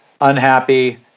unhappy